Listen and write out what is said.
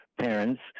parents